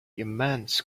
immense